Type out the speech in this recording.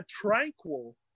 tranquil